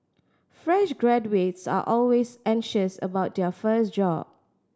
fresh graduates are always anxious about their first job